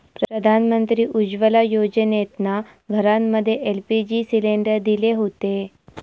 प्रधानमंत्री उज्ज्वला योजनेतना घरांमध्ये एल.पी.जी सिलेंडर दिले हुते